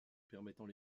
permettant